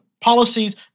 policies